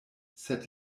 sed